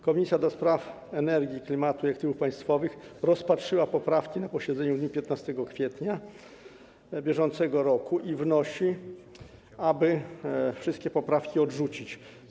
Komisja do Spraw Energii, Klimatu i Aktywów Państwowych rozpatrzyła poprawki na posiedzeniu w dniu 15 kwietnia br. i wnosi, aby wszystkie poprawki odrzucić.